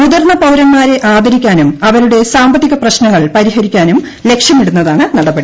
മുതിർന്ന പൌരന്മാരെ ആദരിക്കാനും അവരുടെ സാമ്പത്തിക പ്രശ്നങ്ങൾ പരിഹരിക്കാനും ലക്ഷ്യമിടുന്നതാണ് നടപടി